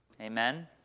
Amen